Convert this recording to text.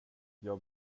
jag